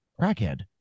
crackhead